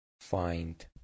find